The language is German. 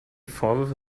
vorwürfe